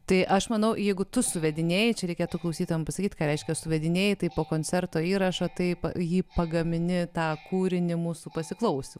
tai aš manau jeigu tu suvedinėji čia reikėtų klausytojams pasakyti ką reiškia suvedinėji tai po koncerto įrašą taip jį pagamini tą kūrinį mūsų pasiklaus